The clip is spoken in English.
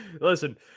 listen